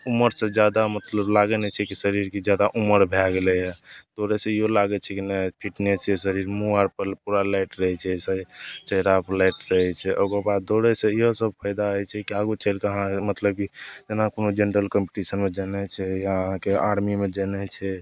उमरिसे जादा मतलब लागै नहि छै कि शरीर किछु ज्यादा उमरि भै गेलै यऽ दौड़ैसे इहो लागै छै कि नहि फिटनेससे शरीर मुँह आओरपर पूरा लाइट रहै छै चेहरापर लाइट रहै छै ओकरबाद दौड़ैसे इहो सब फायदा होइ छै कि कैगो चलिके अहाँ मतलब कि जेना कोनो जेनरल कॉम्पिटिशनमे जेनाइ छै या अहाँके आर्मीमे जेनाइ छै